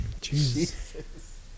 Jesus